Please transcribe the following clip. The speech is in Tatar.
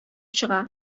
чыга